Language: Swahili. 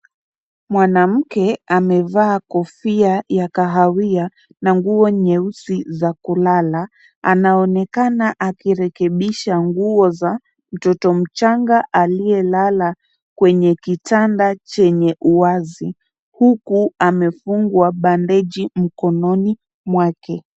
Mwanamke amevaa kofia ya kahawia na nguo nyeusi za kulala. Anaonekana akirekebisha nguo za mtoto mchanga aliyelala kwenye kitanda chenye uwazi, huku amefungwa bandeji mkononi mwake.